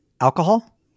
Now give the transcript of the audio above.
Alcohol